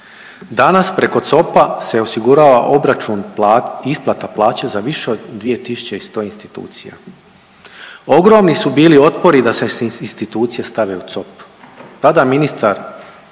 Danas preko COP-a se osigurava obračun i isplata plaća za više od 2.100 institucija. Ogromni su bili otpori da se institucije stave u COP.